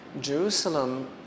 Jerusalem